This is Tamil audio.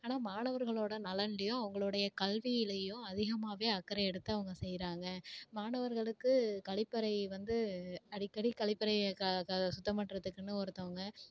ஆனால் மாணவர்களோடய நலன்லையோ அவங்களுடைய கல்வியிலையோ அதிகமாவே அக்கறை எடுத்து அவுங்க செய்கிறாங்க மாணவர்களுக்கு கழிப்பறை வந்து அடிக்கடி கழிப்பறைய கா கா சுத்தம் பண்ணுறத்துக்குன்னு ஒருத்தவங்க